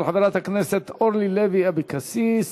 של חברת הכנסת אורלי לוי אבקסיס.